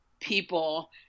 people